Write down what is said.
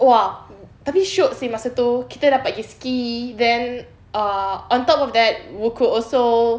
!whoa! tapi shiok seh masa tu kita dapat gi ski then uh on top of that we could also